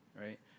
right